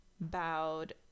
bowed